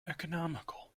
economical